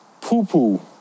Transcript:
poo-poo